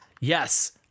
Yes